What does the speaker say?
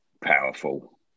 powerful